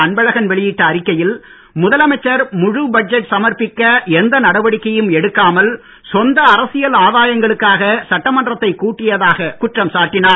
அன்பழகன் வெளியிட்ட அறிக்கையில் முதலமைச்சர் முழு பட்ஜெட் சமர்ப்பிக்க எந்த நடவடிக்கையும் எடுக்காமல் சொந்த அரசியல் ஆதாயங்களுக்காக சட்டமன்றத்தை கூட்டியதாக குற்றம் சாட்டினார்